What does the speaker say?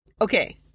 Okay